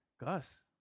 Gus